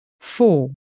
four